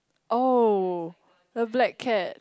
oh the black cat